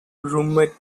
roommate